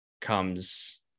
comes